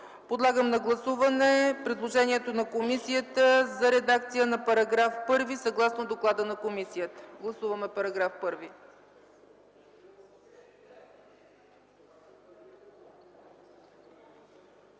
Подлагам на гласуване предложението на комисията за редакция на § 1, съгласно доклада на комисията. Гласували 112